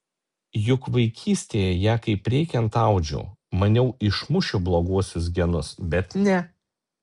juk vaikystėje ją kaip reikiant audžiau maniau išmušiu bloguosius genus bet ne